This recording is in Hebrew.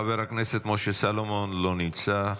חבר הכנסת משה סלומון, לא נמצא.